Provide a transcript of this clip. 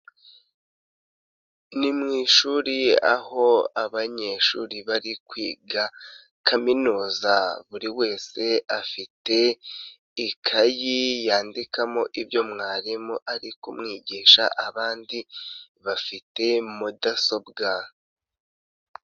Ni mu ishuri aho abanyeshuri bari kwiga kaminuza buri wese afite ikayi yandikamo ibyo mwarimu ari kumwigisha abandi bafite mudasobwa.